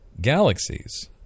galaxies